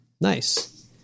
Nice